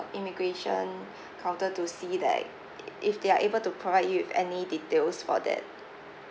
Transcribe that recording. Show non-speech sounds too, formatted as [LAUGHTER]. immigration [BREATH] counter to see like if they are able to provide you with any details for that